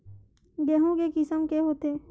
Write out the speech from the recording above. गेहूं के किसम के होथे?